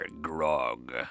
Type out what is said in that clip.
grog